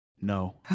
no